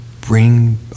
bring